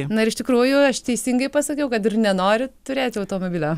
na ir iš tikrųjų aš teisingai pasakiau kad ir nenori turėti automobilio